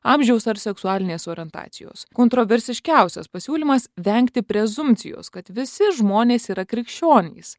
amžiaus ar seksualinės orientacijos kontroversiškiausias pasiūlymas vengti prezumpcijos kad visi žmonės yra krikščionys